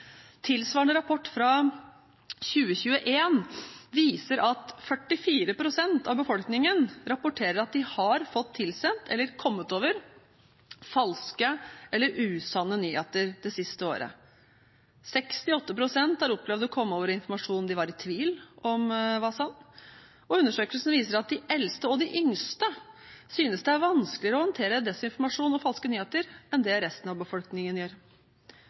Tilsvarende rapport fra 2021 viser at 44 pst. av befolkningen rapporterer at de har fått tilsendt eller kommet over falske eller usanne nyheter det siste året. 68 pst. har opplevd å komme over informasjon de var i tvil om var sann. Undersøkelsen viser at de eldste og de yngste synes det er vanskeligere å håndtere desinformasjon og falske nyheter enn det resten av befolkningen gjør.